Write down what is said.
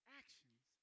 actions